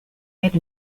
made